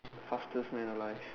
fastest man alive